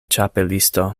ĉapelisto